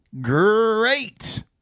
great